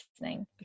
listening